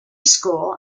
school